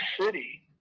City